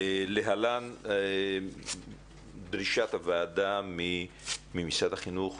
להלן דרישת הוועדה ממשרד החינוך,